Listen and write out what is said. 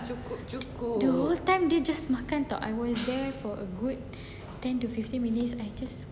the whole time dia just makan [tau] I was there for a good ten to fifteen minutes I just watch